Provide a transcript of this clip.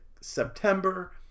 September